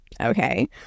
Okay